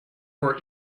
for